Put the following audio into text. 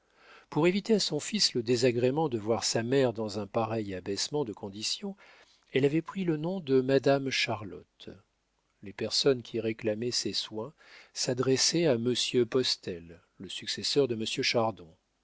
pour éviter à son fils le désagrément de voir sa mère dans un pareil abaissement de condition elle avait pris le nom de madame charlotte les personnes qui réclamaient ses soins s'adressaient à monsieur postel le successeur de monsieur chardon